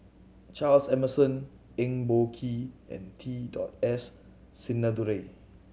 Charles Emmerson Eng Boh Kee and T dot S Sinnathuray